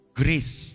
grace